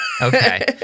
okay